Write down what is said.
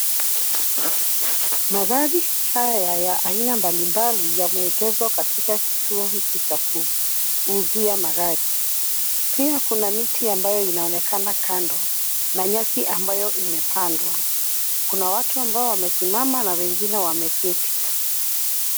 Magari haya ya aina mbalimbali yameegeshwa katika kituo hiki cha kuuzia magari. Pia kuna miti ambayo inaonekana kando na nyasi ambayo imepandwa. Kuna watu ambao wamesimama na wengine wameketi.